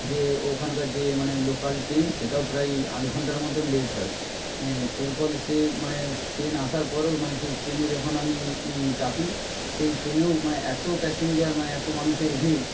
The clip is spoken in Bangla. যে ওখানকার যে মানে লোকাল ট্রেন সেটাও প্রায় আধ ঘন্টার মতন লেট হয় এর ফলে সে মানে ট্রেন আসার পরও মানে সেই ট্রেনে যখন আমি চাপি সেই ট্রেনেও মানে এত প্যাসেঞ্জার মানে এত মানুষের ভিড়